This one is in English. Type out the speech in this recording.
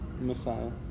Messiah